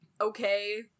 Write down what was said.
okay